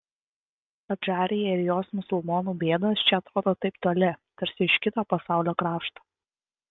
adžarija ir jos musulmonų bėdos čia atrodo taip toli tarsi iš kito pasaulio krašto